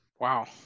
Wow